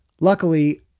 Luckily